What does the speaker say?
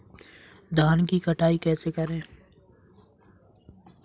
धान की कटाई कैसे करें?